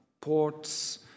ports